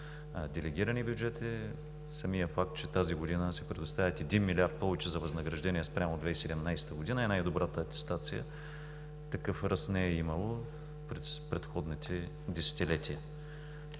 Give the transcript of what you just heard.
делегирани бюджети. Самият факт, че тази година се предоставят 1 милиард повече за възнаграждения спрямо 2017 г. е най-добрата атестация. Такъв ръст не е имало в предходните десетилетия